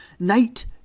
Night